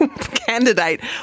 candidate